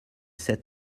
sept